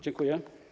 Dziękuję.